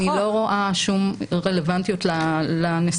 לגביה אני לא רואה שום רלוונטיות לנסיבות,